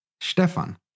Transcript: Stefan